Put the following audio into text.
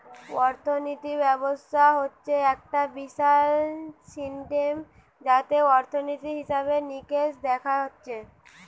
অর্থিনীতি ব্যবস্থা হচ্ছে একটা বিশাল সিস্টেম যাতে অর্থনীতি, হিসেবে নিকেশ দেখা হচ্ছে